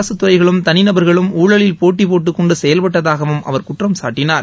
அரசுத்துறைகளும் தனிநபர்களும் ஊழலில் போட்டிப்போட்டுக்கொண்டு செயல்பட்டதாகவும் அவர் குற்றம் சாட்டினார்